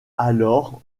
alors